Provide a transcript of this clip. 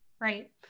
Right